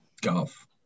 Golf